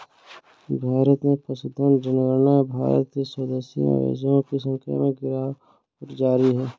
भारत में पशुधन जनगणना में भारत के स्वदेशी मवेशियों की संख्या में गिरावट जारी है